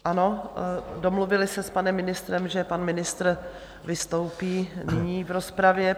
Ano, domluvili se s panem ministrem, že pan ministr vystoupí nyní v rozpravě.